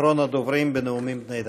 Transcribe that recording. אחרון הדוברים בנאומים בני דקה.